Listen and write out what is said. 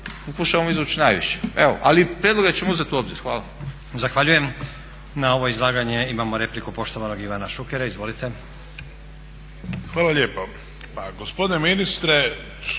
pokušavamo izvući najviše. Ali prijedloge ćemo uzeti u obzir, hvala.